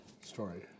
story